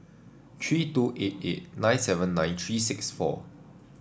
three two eight eight nine seven nine three six four